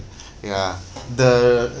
ya the